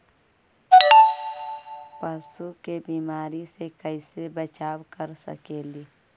पशु के बीमारी से कैसे बचाब कर सेकेली?